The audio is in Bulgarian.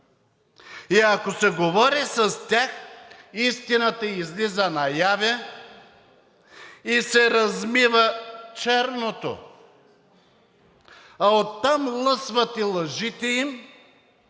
и ако се говори с тях, истината излиза наяве и се размива черното, а оттам лъсват и лъжите им,